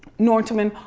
norntman,